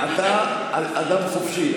אתה אדם חופשי.